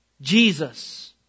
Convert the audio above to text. Jesus